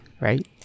Right